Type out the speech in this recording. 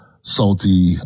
salty